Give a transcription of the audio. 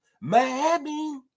Miami